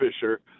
Fisher